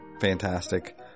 Fantastic